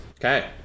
Okay